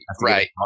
right